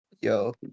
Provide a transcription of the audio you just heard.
yo